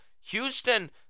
Houston